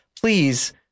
please